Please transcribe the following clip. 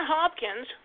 Hopkins